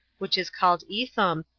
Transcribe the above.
which is called etham,